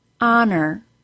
Honor